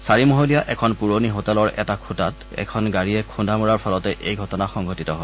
চাৰি মহলীয়া এখন পুৰণি হোটেলৰ এটা খুটাত এখন গাড়ীয়ে খুন্দা মৰাৰ ফলতে এই ঘটনা সংঘটিত হয়